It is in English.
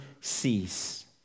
cease